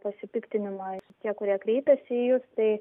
pasipiktinimą tie kurie kreipiasi į jus tai